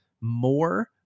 more